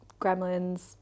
gremlins